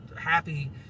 happy